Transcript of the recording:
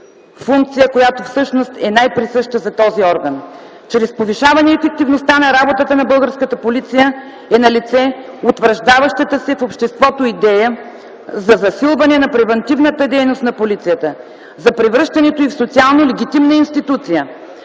функция, която всъщност е най-присъща за този орган. Чрез повишаване ефективността на работата на българската полиция е налице утвърждаващата се в обществото идея за засилване на превантивната дейност на полицията, за превръщането й в социално легитимна институция,